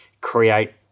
create